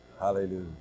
Hallelujah